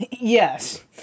Yes